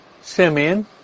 Simeon